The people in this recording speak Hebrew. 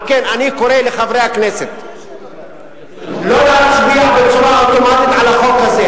על כן אני קורא לחברי הכנסת לא להצביע בצורה אוטומטית על החוק הזה.